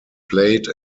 plate